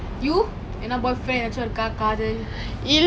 I want to focus on myself first lah like have a good job stable all